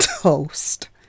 toast